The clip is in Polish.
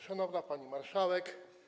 Szanowna Pani Marszałek!